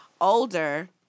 older